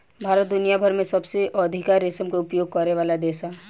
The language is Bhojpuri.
भारत दुनिया भर में सबसे अधिका रेशम के उपयोग करेवाला देश ह